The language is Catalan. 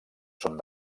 són